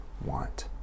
want